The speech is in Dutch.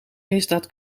misdaad